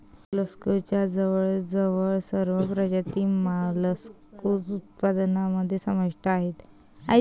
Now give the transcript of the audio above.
मोलस्कच्या जवळजवळ सर्व प्रजाती मोलस्क उत्पादनामध्ये समाविष्ट आहेत